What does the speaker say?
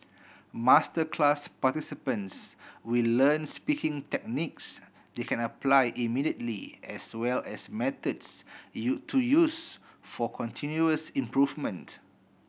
masterclass participants will learn speaking techniques they can apply immediately as well as methods U to use for continuous improvement